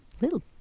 little